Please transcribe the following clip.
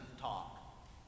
talk